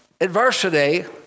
adversity